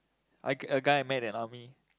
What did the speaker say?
I a guy I met in army